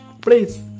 please